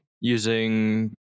using